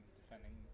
defending